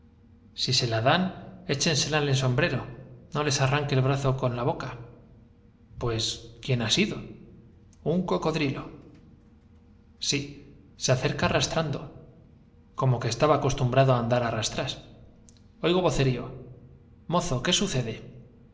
pedirnos se la sela en el sombrero no les arranque un brazo con boca pues quién ha sido un cocodrilo sí se acerca arrastrando como que estaba acostumbrado á andar á rasvocerío j mozo qué sucede